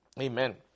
Amen